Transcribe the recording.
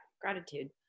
gratitude